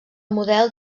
model